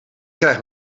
krijg